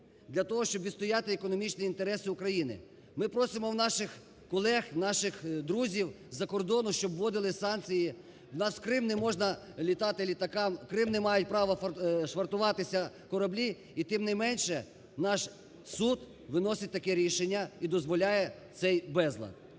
для того, щоб відстояти економічні інтереси України. Ми просимо наших колег, наших друзів з-за кордону, щоб вводили санкції у нас в Крим не можна літати літаками… в Крим не мають права швартуватися кораблі і, тим менше, наш суд виносить таке рішення і дозволяє цей безлад.